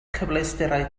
cyfleusterau